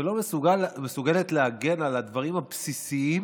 שלא מסוגלת להגן על הדברים הבסיסיים